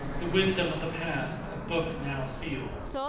the wisdom of the past a book now sealed.